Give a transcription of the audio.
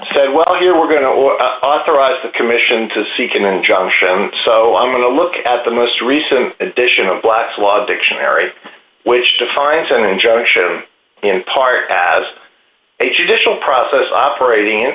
said well you know we're going to authorize a commission to seek an injunction so i'm going to look at the most recent edition of black's law dictionary which defines an injunction in part as a judicial process operating in